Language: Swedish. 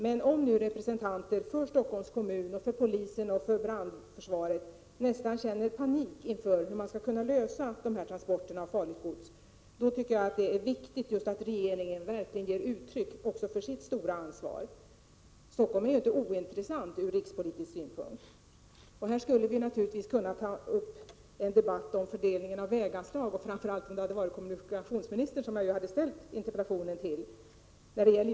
Men om nu represen tanter för Stockholms kommun, för polisen och för brandförsvaret nästan känner panik när det gäller hur man skall kunna lösa problemet med transporterna av farligt gods, då tycker jag att det är viktigt att regeringen verkligen ger uttryck också för sitt stora ansvar. Stockholm är ju inte ointressant ur rikspolitisk synpunkt. Här skulle vi naturligtvis ha kunnat ta upp en debatt om fördelningen av väganslag när det gäller Stockholmsregionen, framför allt om det hade varit kommunikationsministern som svarat; jag hade ju ställt interpellationen till honom.